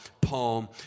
Palm